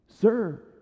Sir